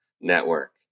network